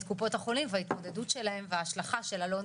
קופות החולים וההתמודדות שלהם וההשלכה של ה- LONG